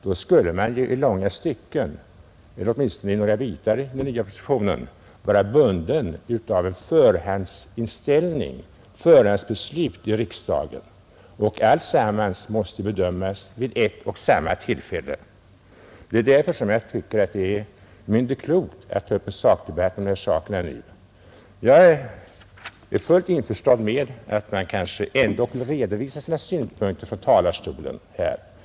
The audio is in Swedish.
Då skulle man ju åtminstone i några delar av propositionen vara bunden av ett förhandsbeslut i riksdagen, men alltsammans i propositionen måste bedömas vid ett och samma tillfälle. Det är därför som jag tycker att det är mindre klokt att ta upp en sakdebatt om dessa frågor nu. Jag är fullt införstådd med att man kanske ändock vill redovisa sina synpunkter från talarstolen.